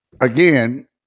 again